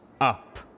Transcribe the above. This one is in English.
Up